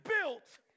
built